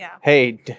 hey